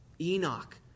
Enoch